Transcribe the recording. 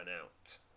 out